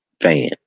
fan